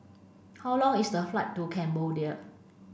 how long is the flight to Cambodia